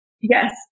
Yes